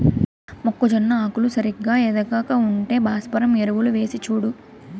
మొక్కజొన్న ఆకులు సరిగా ఎదగక ఉంటే భాస్వరం ఎరువులు వేసిచూడు